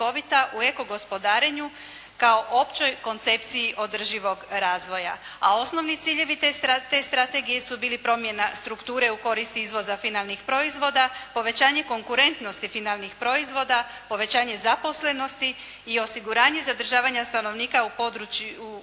u eko gospodarenju kao općoj koncepciji održivog razvoja, a osnovni ciljevi te strategije su bili promjena strukture u korist izvoza finalnih proizvoda, povećanje konkurentnosti finalnih proizvoda, povećanje zaposlenosti i osiguranje zadržavanja stanovnika u manje